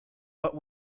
but